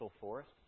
forest